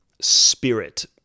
spirit